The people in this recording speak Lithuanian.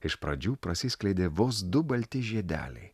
iš pradžių prasiskleidė vos du balti žiedeliai